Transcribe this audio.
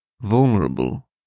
vulnerable